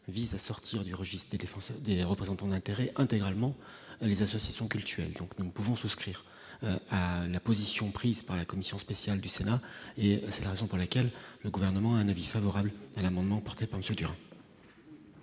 vise à sortir du registre des défenseurs des représentants d'intérêts intégralement les associations cultuelles, donc nous ne pouvons souscrire à la position prise par la commission spéciale du Sénat et c'est la raison pour laquelle le gouvernement un avis favorable à l'amendement porté par le futur.